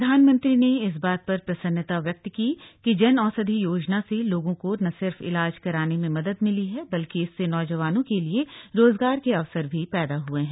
प्रधानमंत्री ने इस बात पर प्रसन्नता व्यक्त की कि जन औषधि योजना से लोगों को न सिर्फ इलाज कराने में मदद मिली है बल्कि इससे नौजवानों के लिए रोजगार के अवसर भी पैदा हए हैं